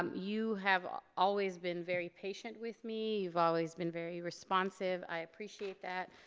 um you have ah always been very patient with me, you've always been very responsive. i appreciate that.